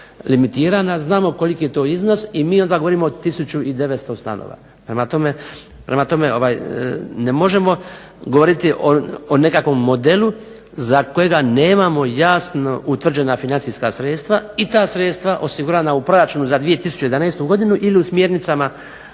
znamo koliki je to iznos i mi onda govorimo o tisuću 900 stanova. Prema tome, ne možemo govoriti o nekakvom modelu za kojega nemamo jasno financijski utvrđena sredstva i ta sredstva osigurana u proračunu za 2011. godinu ili u smjernicama